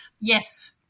Yes